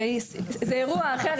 זה אירוע אחר.